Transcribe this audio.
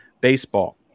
Baseball